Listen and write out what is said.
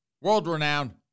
world-renowned